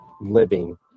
living